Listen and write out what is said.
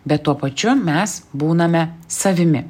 bet tuo pačiu mes būname savimi